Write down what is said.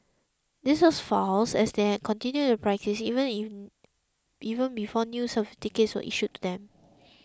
this was false as they had all continued their practice even even before new certificates were issued to them